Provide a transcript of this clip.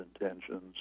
intentions